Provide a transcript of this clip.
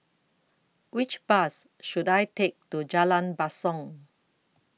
Which Bus should I Take to Jalan Basong